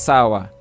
Sour